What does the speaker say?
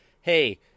Hey